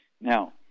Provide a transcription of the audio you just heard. Now